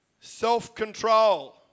self-control